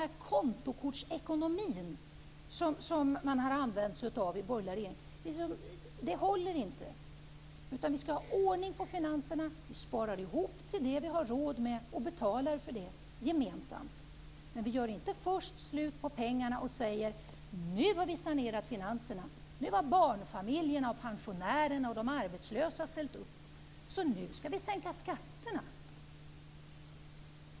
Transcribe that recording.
Den kontokortsekonomi som man har använt sig av i borgerliga regeringar håller inte. Vi skall ha ordning på finanserna. Vi sparar ihop till det vi har råd med och betalar för det gemensamt. Vi gör inte först slut på pengarna och säger att när vi har sanerat finanserna och barnfamiljerna, pensionärerna och de arbetslösa har ställt upp skall vi sänka skatterna.